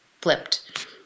flipped